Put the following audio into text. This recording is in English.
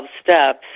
steps